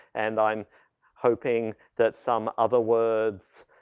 and i'm hoping that some other words,